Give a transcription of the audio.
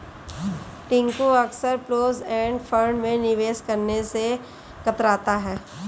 टिंकू अक्सर close end fund में निवेश करने से कतराता है